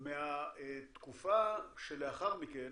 מהתקופה שלאחר מכן,